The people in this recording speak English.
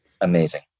Amazing